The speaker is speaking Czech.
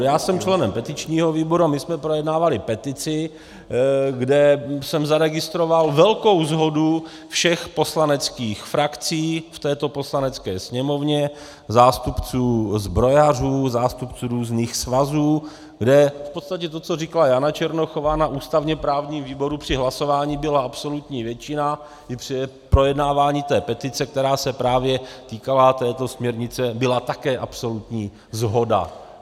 Já jsem členem petičního výboru a my jsme projednávali petici, kde jsem zaregistroval velkou shodu všech poslaneckých frakcí v této Poslanecké sněmovně, zástupců zbrojařů, zástupců různých svazů, kde v podstatě to, co říkala Jana Černochová na ústavněprávním výboru při hlasování, byla absolutní většina i při projednávání té petice, která se právě týkala této směrnice, byla také absolutní shoda.